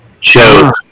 chose